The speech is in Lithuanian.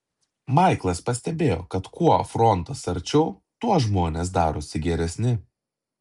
maiklas pastebėjo kad kuo frontas arčiau tuo žmonės darosi geresni